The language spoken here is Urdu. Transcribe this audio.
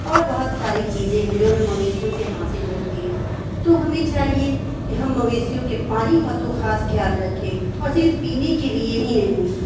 اور بہت ساری چیزیں ہیں جو ہمیں مویشیوں سے حاصل ہوتی ہے تو ہمیں چاہیے کہ ہم مویشیوں کے پانی کا تو خاص خیال رکھیں اور صرف پینے کے لیے ہی نہیں